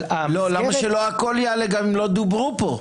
אבל המסגרת --- למה שלא הכול יעלה גם אם לא דוברו פה?